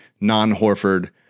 non-horford